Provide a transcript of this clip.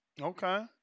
Okay